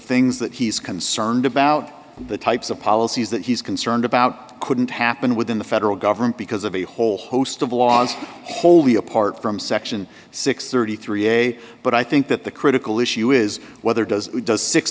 things that he's concerned about the types of policies that he's concerned about couldn't happen within the federal government because of a whole host of laws whole the apart from section six hundred and thirty three dollars a but i think that the critical issue is whether does does six